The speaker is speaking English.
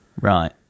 Right